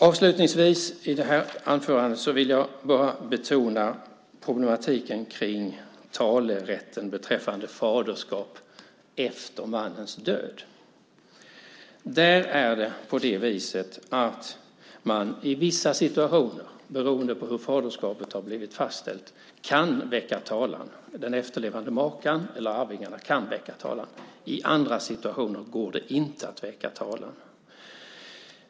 Avslutningsvis vill jag betona problematiken kring talerätten beträffande faderskap efter mannens död. I vissa situationer, beroende på hur faderskapet har blivit fastställt, kan den efterlevande makan eller arvingarna väcka talan. I andra situationer går det inte att göra det.